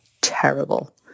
terrible